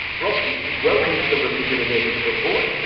ross gittins welcome to the religion and ethics report.